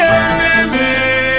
enemy